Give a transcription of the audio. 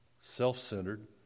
self-centered